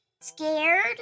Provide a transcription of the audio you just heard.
scared